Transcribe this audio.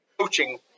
coaching